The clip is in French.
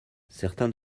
certains